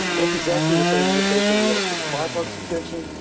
that's exactly the same interface that we have for the firefox extension.